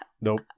Nope